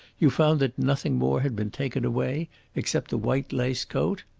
you found that nothing more had been taken away except the white lace coat?